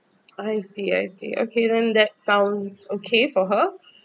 I see I see okay then that sounds okay for her